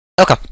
Okay